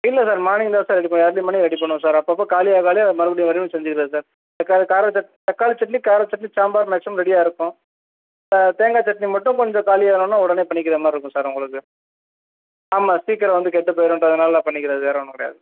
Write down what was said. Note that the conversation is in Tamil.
இல்லை சார் மார்னிங் தான் சார் ரெடி பண் அஞ்சு மணிக்கு ரெடி பண்ணுவோம் சார் அப்பப்போ காலி ஆக காலி ஆக மறுபடியும் மறுபடியும் செஞ்சிக்கிறது சார் தக்கா கார சட் தக்காளி சட்னி கார சட்னி சாம்பார் மேக்சிமம் ரெடியாக இருக்கும் தேங்காய் சட்னி மட்டும் கொஞ்சம் காலி ஆனோடன்ன உடனே பண்ணிக்கிற மாதிரி இருக்கும் சார் உங்களுக்கு ஆமாம் சீக்கிரம் வந்து கெட்டு போய்ருன்றதனால பண்ணிக்கிறது வேற ஒன்றும் கிடையாது